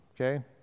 okay